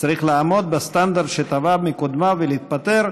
צריך לעמוד בסטנדרט שתבע מקודמיו ולהתפטר,